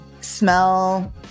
smell